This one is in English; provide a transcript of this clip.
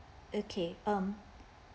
okay um